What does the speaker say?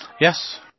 Yes